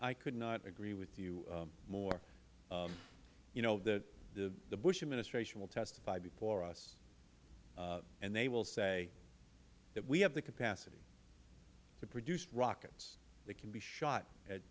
i could not agree with you more you know the bush administration will testify before us and they will say that we have the capacity to produce rockets that can be shot at